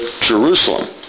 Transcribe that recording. Jerusalem